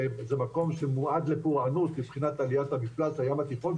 זה מקום שמועד לפורענות מבחינת עליית מפלס הים התיכון,